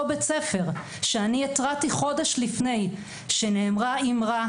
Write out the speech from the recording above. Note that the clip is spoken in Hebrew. בית-ספר שאני התרעתי חודש לפני שנאמרה אימרה